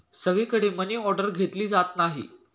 सगळीकडे मनीऑर्डर घेतली जात नाही